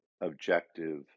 objective